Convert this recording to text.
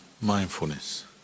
mindfulness